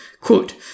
Quote